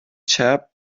chap